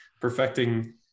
perfecting